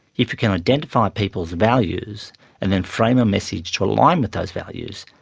if you can identify people's values and then frame a message to align with those values,